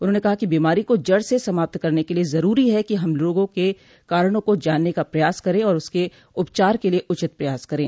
उन्होंने कहा कि बीमारी को जड़ से समाप्त करने को लिए जरूरी है कि हम रोग के कारणों को जानने का प्रयास करें और उसके उपचार के लिए उचित प्रयास करें